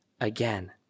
again